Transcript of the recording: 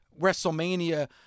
WrestleMania